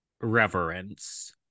reverence